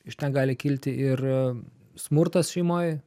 iš ten gali kilti ir smurtas šeimoj